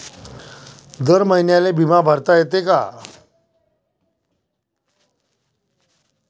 दर महिन्याले बिमा भरता येते का?